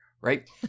right